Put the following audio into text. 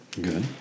Good